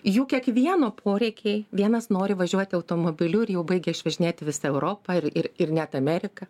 jų kiekvieno poreikiai vienas nori važiuoti automobiliu ir jau baigia išvažinėti visą europą ir ir ir net ameriką